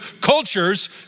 cultures